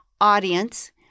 Audience